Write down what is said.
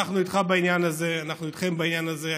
אנחנו איתך בעניין הזה, אנחנו איתכם בעניין הזה.